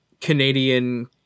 Canadian